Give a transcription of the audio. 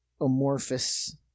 amorphous